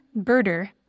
birder